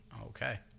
Okay